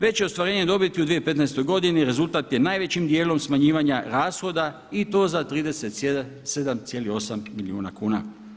Veće ostvarenje dobiti u 2015. godini rezultat je najvećim dijelom smanjivanja rashoda i to za 37,8 milijuna kuna.